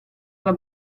alla